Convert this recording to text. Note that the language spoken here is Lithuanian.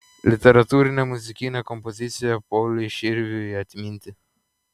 literatūrinė muzikinė kompozicija pauliui širviui atminti